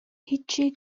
هیچی